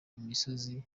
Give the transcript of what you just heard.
imisozi